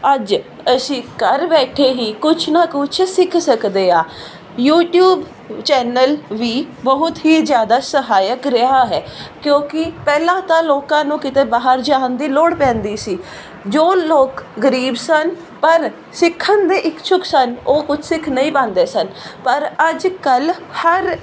ਅੱਜ ਅਸੀਂ ਘਰ ਬੈਠੇ ਹੀ ਕੁਛ ਨਾ ਕੁਛ ਸਿੱਖ ਸਕਦੇ ਹਾਂ ਯੂਟੀਊਬ ਚੈਨਲ ਵੀ ਬਹੁਤ ਹੀ ਜ਼ਿਆਦਾ ਸਹਾਇਕ ਰਿਹਾ ਹੈ ਕਿਉਂਕਿ ਪਹਿਲਾਂ ਤਾਂ ਲੋਕਾਂ ਨੂੰ ਕਿਤੇ ਬਾਹਰ ਜਾਣ ਦੀ ਲੋੜ ਪੈਂਦੀ ਸੀ ਜੋ ਲੋਕ ਗਰੀਬ ਸਨ ਪਰ ਸਿੱਖਣ ਦੇ ਇਛੁੱਕ ਸਨ ਉਹ ਕੁਛ ਸਿੱਖ ਨਹੀਂ ਪਾਉਂਦੇ ਸਨ ਪਰ ਅੱਜ ਕੱਲ੍ਹ ਹਰ